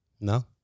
No